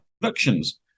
Productions